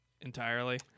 entirely